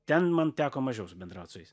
ten man teko mažiau bendrauti su jais